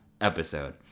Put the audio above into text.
episode